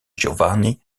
giovanni